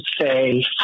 say